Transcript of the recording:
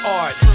art